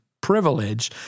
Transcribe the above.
privilege